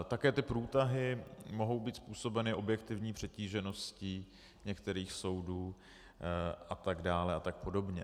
Také ty průtahy mohou být způsobeny objektivní přetížeností některých soudů a tak dále a tak podobně.